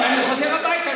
כשאני חוזר הביתה,